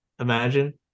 Imagine